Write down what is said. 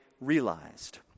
realized